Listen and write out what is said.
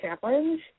challenge